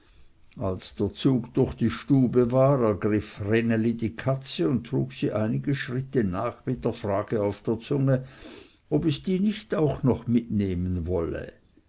als der zug durch die stube war ergriff vreneli die katze und trug sie einige schritte nach mit der frage auf der zunge ob es die nicht auch noch mitnehmen wolle